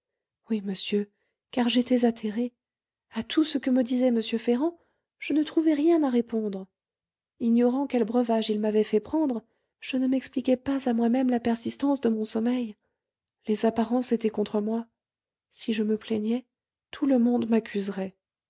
oui monsieur car j'étais atterrée à tout ce que me disait m ferrand je ne trouvais rien à répondre ignorant quel breuvage il m'avait fait prendre je ne m'expliquais pas à moi-même la persistance de mon sommeil les apparences étaient contre moi si je me plaignais tout le monde m'accuserait